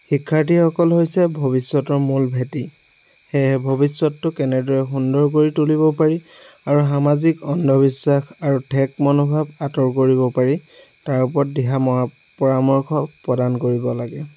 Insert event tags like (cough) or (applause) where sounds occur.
শিক্ষাৰ্থীসকল হৈছে ভৱিষ্যতৰ মূল ভেটি সেয়ে ভৱিষ্যতটো কেনেদৰে সুন্দৰ কৰি তুলিব পাৰি আৰু সামাজিক অন্ধবিশ্বাস আৰু ঠেক মনোভাৱ আঁতৰ কৰিব পাৰি তাৰ ওপৰত দিহা (unintelligible) পৰামৰ্শ প্ৰদান কৰিব লাগে